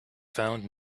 found